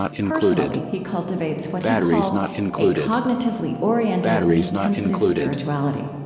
personally, he cultivates what he calls a cognitively oriented contemplative spirituality.